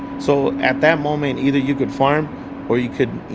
so at that moment, either you could farm or you could,